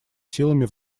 силами